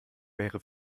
wäre